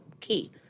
key